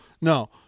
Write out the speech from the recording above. no